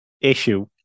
issue